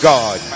God